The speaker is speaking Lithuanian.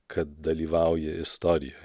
kad dalyvauji istorijoj